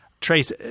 Trace